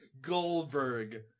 Goldberg